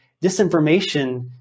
disinformation